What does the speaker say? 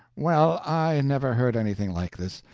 well, i never heard anything like this.